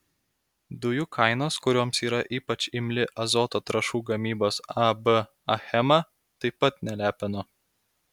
dujų kainos kurioms yra ypač imli azoto trąšų gamybos ab achema taip pat nelepino